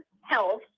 health